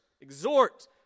exhort